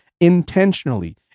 intentionally